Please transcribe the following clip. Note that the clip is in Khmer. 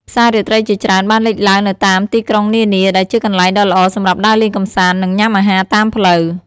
ផ្សាររាត្រីជាច្រើនបានលេចឡើងនៅតាមទីក្រុងនានា ដែលជាកន្លែងដ៏ល្អសម្រាប់ដើរលេងកម្សាន្ត និងញ៉ាំអាហារតាមផ្លូវ។